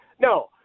No